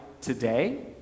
today